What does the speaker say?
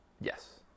yes